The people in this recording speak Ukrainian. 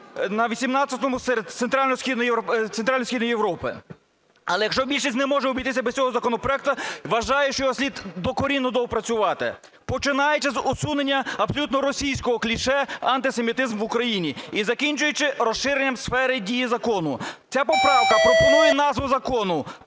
на 18-му серед Центрально-Східної Європи. Але якщо більшість не може обійтися без цього законопроекту, вважаю, що його слід докорінно доопрацювати, починаючи з усунення абсолютно російського кліше "антисемітизм в Україні", і закінчуючи розширенням сфери дії закону. Ця поправка пропонує назву закону